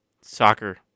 Soccer